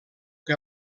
que